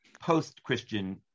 post-Christian